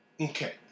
Okay